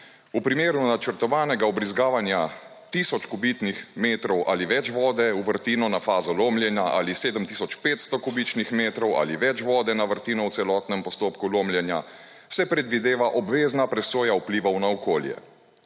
V primeru načrtovanega vbrizgavanja tisoč kubičnih metrov ali več vode v vrtino na fazo lomljenja ali 7 tisoč 500 kubičnih metrov ali več vode na vrtino v celotnem postopku lomljenja se predvideva obvezna presoja vplivov na okolje.